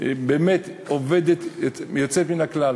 באמת עובדת יוצאת מן הכלל.